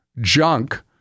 junk